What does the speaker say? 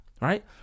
Right